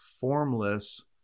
formless